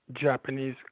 Japanese